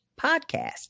podcast